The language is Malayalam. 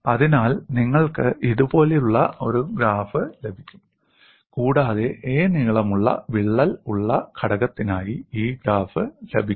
അതിനാൽ നിങ്ങൾക്ക് ഇതുപോലുള്ള ഒരു ഗ്രാഫ് ലഭിക്കും കൂടാതെ 'a' നീളമുള്ള വിള്ളൽ ഉള്ള ഘടകത്തിനായി ഈ ഗ്രാഫ് ലഭിക്കും